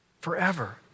Forever